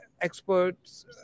experts